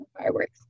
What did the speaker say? fireworks